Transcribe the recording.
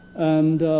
and